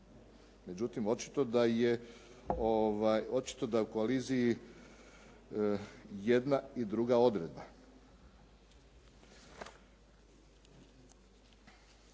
Međutim, očito da je u koaliziji jedna i druga odredba.